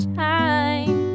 time